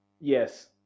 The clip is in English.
Yes